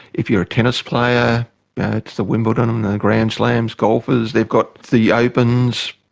if you're a tennis player it's the wimbledon, um the grand slams, golfers, they've got the opens,